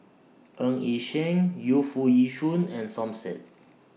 Ng Yi Sheng Yu Foo Yee Shoon and Som Said